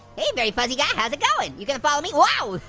hey veryfuzzyguy, how's it going? you gonna follow me? whoa,